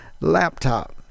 laptop